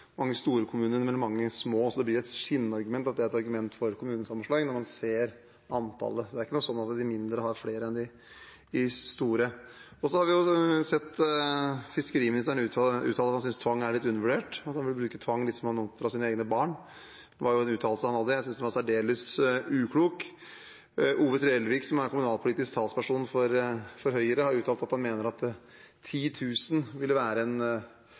mange store kommuner enn mellom mange små, så det blir et skinnargument at det er et argument for kommunesammenslåing, når man ser antallet. Det er ikke sånn at de mindre har flere enn de store. Vi har sett at fiskeriministeren uttaler at han syns tvang er litt undervurdert, at han vil bruke tvang litt som han oppdrar sine egne barn. Det var en uttalelse han hadde. Jeg syns den var særdeles uklok. Ove Trellevik, som er kommunalpolitisk talsperson for Høyre, har uttalt at han mener at 10 000 ville være et fint, naturlig tall hvis man skal se på hva en